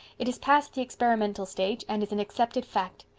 it is past the experimental stage and is an accepted fact.